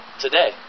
today